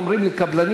אומרים לי קבלנים,